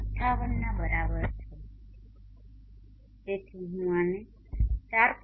58ના બરાબર છે તેથી હું આને4